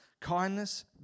kindness